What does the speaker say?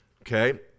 Okay